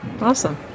Awesome